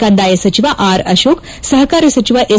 ಕಂದಾಯ ಸಚಿವ ಆರ್ ಅಶೋಕ್ ಸಹಕಾರ ಸಚಿವ ಎಸ್